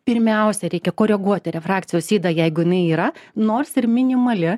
pirmiausia reikia koreguoti refrakcijos ydą jeigu jinai yra nors ir minimali